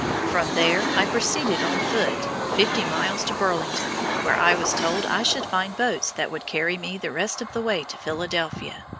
from there i proceeded on foot, fifty miles to burlington, where i was told i should find boats that would carry me the rest of the way to philadelphia.